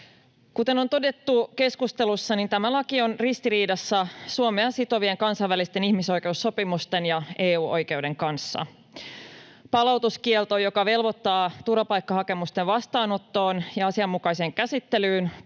Kuten on todettu keskustelussa, tämä laki on ristiriidassa Suomea sitovien kansainvälisten ihmisoikeussopimusten ja EU-oikeuden kanssa. Palautuskielto, joka velvoittaa turvapaikkahakemusten vastaanottoon ja asianmukaiseen käsittelyyn,